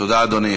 תודה, אדוני.